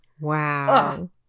wow